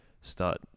start